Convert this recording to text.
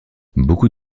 beaucoup